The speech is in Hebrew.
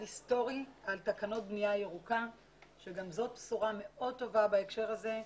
היסטורי על תקנות בנייה ירוקה שגם זאת בשורה מאוד טובה בהקשר הזה.